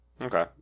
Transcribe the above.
Okay